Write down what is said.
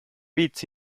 bits